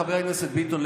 חבר הכנסת ביטון,